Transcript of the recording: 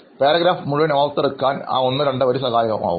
Paragraphമുഴുവൻ ഓർത്തെടുക്കാൻ ആ ഒന്നോ രണ്ടോ വരി സഹായകരമാകും